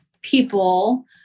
people